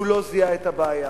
הוא לא זיהה את הבעיה,